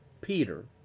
Peter